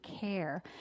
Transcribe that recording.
care